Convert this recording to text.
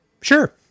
sure